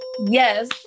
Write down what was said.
yes